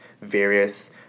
various